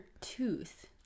tooth